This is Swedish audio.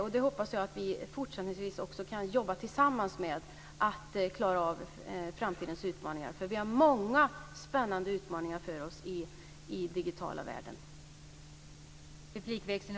Jag hoppas att vi fortsättningsvis kan jobba tillsammans för att klara av framtidens utmaningar. För vi har många spännande utmaningar framför oss i den digitala världen.